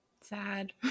Sad